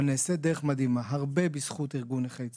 אבל נעשית דרך מדהימה, הרבה בזכות ארגון נכי צה"ל,